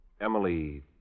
Emily